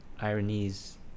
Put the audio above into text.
ironies